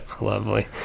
lovely